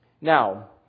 Now